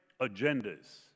agendas